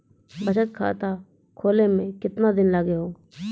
बचत खाता खोले मे केतना दिन लागि हो?